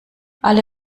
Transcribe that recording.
alle